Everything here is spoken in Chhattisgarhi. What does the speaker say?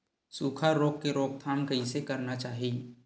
सुखा रोग के रोकथाम कइसे करना चाही?